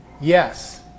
yes